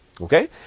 Okay